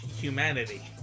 humanity